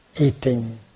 eating